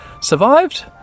survived